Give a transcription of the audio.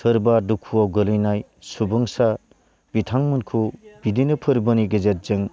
सोरबा दुखुआव गोलैनाय सुबुंसार बिथांमोनखौ बिदिनो फोरबोनि गेजेरजों